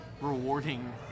rewarding